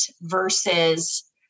versus